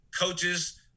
coaches